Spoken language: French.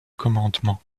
commandement